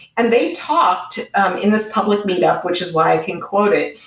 and they talked in this public meet up, which is why i can quote it.